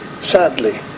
sadly